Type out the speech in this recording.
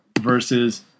versus